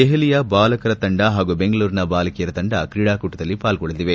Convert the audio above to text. ದೆಹಲಿಯ ಬಾಲಕರ ತಂಡ ಹಾಗೂ ಬೆಂಗಳೂರಿನ ಬಾಲಕಿಯರ ತಂಡ ಕ್ರೀಡಾಕೂಟದಲ್ಲಿ ಪಾಲ್ಗೊಳ್ಟಲಿದೆ